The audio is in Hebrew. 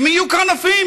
הם יהיו קרנפים.